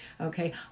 okay